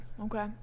Okay